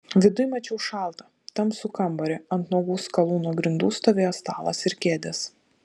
viduj mačiau šaltą tamsų kambarį ant nuogų skalūno grindų stovėjo stalas ir kėdės